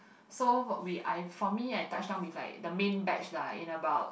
so what we I for me I touch down with like the main batch lah in about